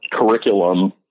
curriculum